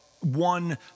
One